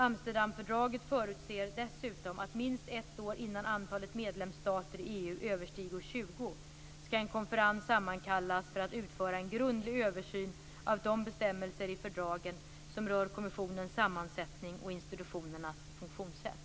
Amsterdamfördraget förutser dessutom att "minst ett år innan antalet medlemsstater i EU överstiger tjugo skall en konferens sammankallas för att utföra en grundlig översyn av de bestämmelser i fördragen som rör kommissionens sammansättning och institutionernas funktionssätt".